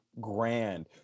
grand